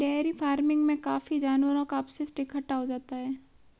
dairy farming में काफी जानवरों का अपशिष्ट इकट्ठा हो जाता है